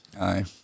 Aye